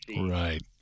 right